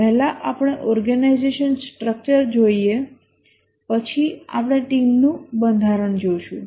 પહેલા આપણે organization structure જોઈએ પછી આપણે ટીમનું બંધારણ જોશું